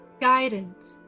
Guidance